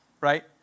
right